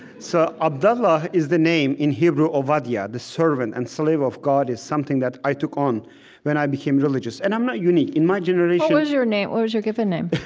so abdullah is the name in hebrew, obadiah, the servant and slave of god is something that i took on when i became religious. and i'm not unique. in my generation, what was your name what was your given name?